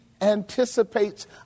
anticipates